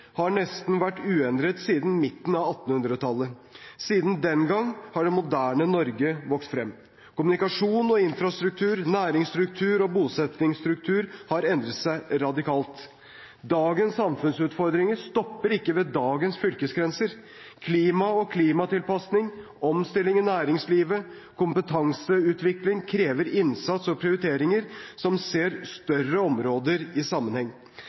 har nesten vært uendret siden midten av 1800-tallet. Siden den gang har det moderne Norge vokst frem. Kommunikasjon og infrastruktur, næringsstruktur og bosettingsstruktur har endret seg radikalt. Dagens samfunnsutfordringer stopper ikke ved dagens fylkesgrenser. Klima og klimatilpasning, omstilling i næringslivet og kompetanseutvikling krever innsats og prioriteringer som ser større områder i sammenheng.